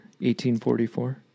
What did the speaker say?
1844